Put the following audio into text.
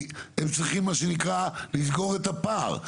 הם צריכים, מה שנקרא לסגור את הפער.